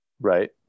Right